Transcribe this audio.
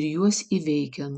ir juos įveikiant